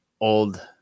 old